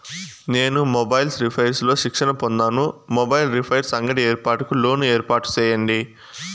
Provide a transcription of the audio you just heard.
నేను mobiles repairs లో శిక్షణ పొందాను, మొబైల్ రిపైర్స్ అంగడి ఏర్పాటుకు లోను ఏర్పాటు సేయండి?